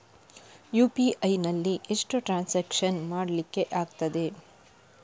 UPI ನಲ್ಲಿ ಎಷ್ಟು transaction ಮಾಡ್ಲಿಕ್ಕೆ ಆಗ್ತದೆ?